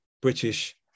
British